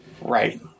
right